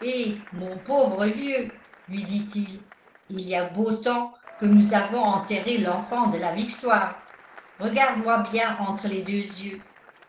eh mon pauvre vieux lui dit-il il y a beau temps que nous avons enterré l'enfant de la victoire regarde-moi bien entre les deux yeux